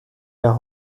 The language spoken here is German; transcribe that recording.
der